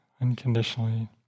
unconditionally